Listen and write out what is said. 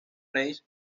race